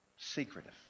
secretive